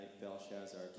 Belshazzar